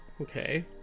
okay